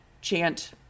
chant